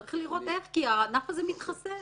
צריך לראות איך, כי הענף הזה מתחסל.